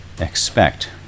expect